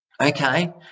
okay